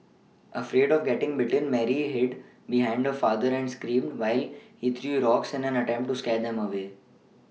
afraid of getting bitten Mary hid behind her father and screamed while he threw rocks in an attempt to scare them away